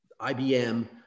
IBM